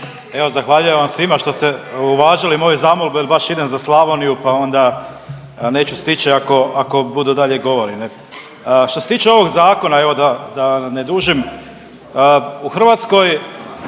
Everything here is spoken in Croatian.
Evo zahvaljujem vam svima što ste uvažili moju zamolbu jer baš idem za Slavoniju pa onda neću stići, ako, ako budu dalje govori ne. Što se tiče ovog zakona, evo da, da ne dužim u Hrvatskoj